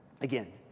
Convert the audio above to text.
Again